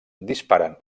disparen